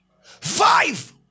Five